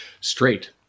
Straight